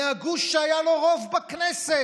מהגוש שהיה לו רוב בכנסת.